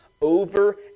over